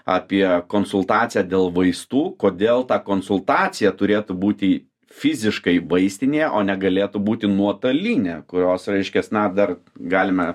apie konsultaciją dėl vaistų kodėl ta konsultacija turėtų būti fiziškai vaistinėje o negalėtų būti nuotolinė kurios reiškias na dar galime